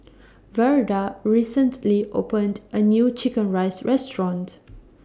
Verda recently opened A New Chicken Rice Restaurant